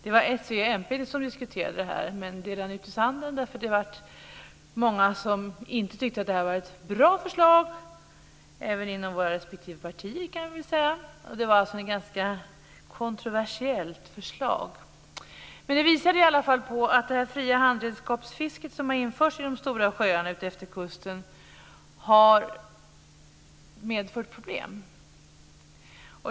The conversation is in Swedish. Miljöpartiet som diskuterade en sådan skatt, men förslaget rann ut i sanden eftersom det var många - även inom våra respektive partier - som inte tyckte att det var något bra förslag utan ett ganska kontroversiellt förslag. Men det visade i alla fall på att det fria handredskapsfisket som har införts i de stora sjöarna och utefter kusten har medfört problem.